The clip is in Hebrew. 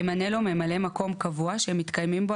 ימנה לו ממלא מקום קבוע שמתקיימים בו